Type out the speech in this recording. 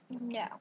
No